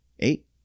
Eight